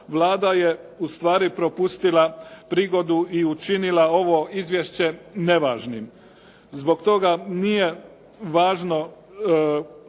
Vlada je ustvari propustila prigodu i učinila ovo izvješće nevažnim. Zbog toga nije važno hoće